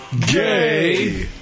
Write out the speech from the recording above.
Gay